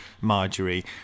Marjorie